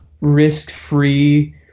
risk-free